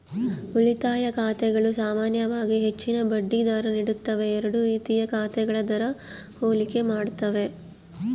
ಉಳಿತಾಯ ಖಾತೆಗಳು ಸಾಮಾನ್ಯವಾಗಿ ಹೆಚ್ಚಿನ ಬಡ್ಡಿ ದರ ನೀಡುತ್ತವೆ ಎರಡೂ ರೀತಿಯ ಖಾತೆಗಳ ದರ ಹೋಲಿಕೆ ಮಾಡ್ತವೆ